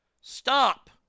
Stop